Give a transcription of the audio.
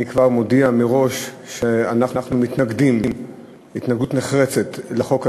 אני כבר מודיע מראש שאנחנו מתנגדים התנגדות נחרצת לחוק הזה,